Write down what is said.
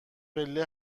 پله